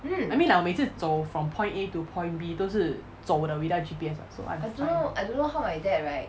I mean like 我每次走 from point a to point B 都是走的 without G_P_S so I I